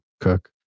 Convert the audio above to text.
Cook